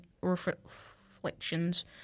reflections